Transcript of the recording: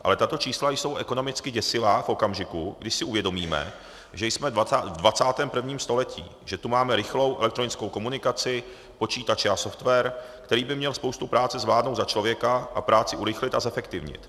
Ale tato čísla jsou ekonomicky děsivá v okamžiku, když si uvědomíme, že jsme ve 21. století, že tu máme rychlou elektronickou komunikaci, počítače a software, který by měl spoustu práce zvládnout za člověka a práci urychlit a zefektivnit.